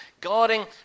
Guarding